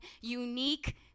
unique